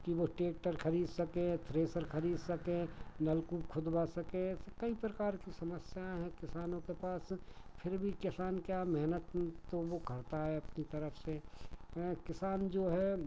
कि वो टेक्टर खरीद सकें थ्रेसर खरीद सकें नलकूप खुदवा सकें ऐसे कई प्रकार की समस्याएँ हैं किसानों के पास फिर भी किसान क्या मेहनत तो वो करता है अपनी तरफ से किसान जो है